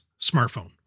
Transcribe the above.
smartphone